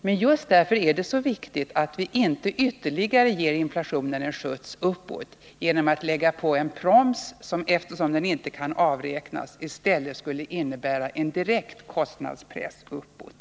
Men just därför år det så viktigt att vi inte ger inflationen en ytterligare skjuts uppåt genom att lägga på en proms som, eftersom den inte kan övervältras, skulle innebära en direkt kostnadspress uppåt.